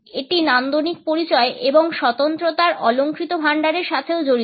এটি নান্দনিক পরিচয় এবং স্বতন্ত্রতার অলঙ্কৃত ভাণ্ডারের সাথেও জড়িত